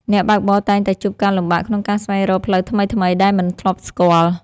អ្នកបើកបរតែងតែជួបការលំបាកក្នុងការស្វែងរកផ្លូវថ្មីៗដែលមិនធ្លាប់ស្គាល់។